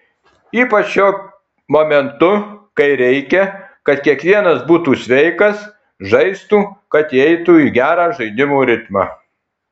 ypač šiuo momentu kai reikia kad kiekvienas būtų sveikas žaistų kad įeitų į gerą žaidimo ritmą